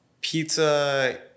Pizza